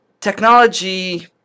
technology